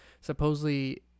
supposedly